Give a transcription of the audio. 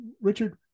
Richard